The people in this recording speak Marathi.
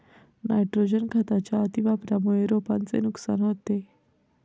नायट्रोजन खताच्या अतिवापरामुळे रोपांचे नुकसान होते